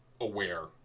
aware